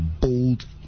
bold